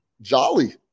jolly